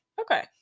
okay